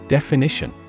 Definition